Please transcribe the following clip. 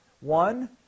one